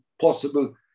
possible